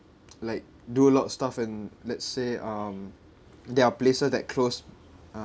like do a lot of stuff and let's say um there are places that close um